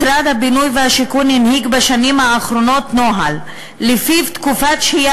משרד הבינוי והשיכון הנהיג בשנים האחרונות נוהל שלפיו תקופת שהייה